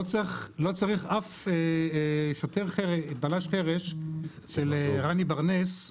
לא צריך אף בלש חרש של רני בר-נס,